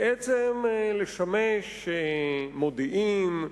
בעצם לשמש מודיעין,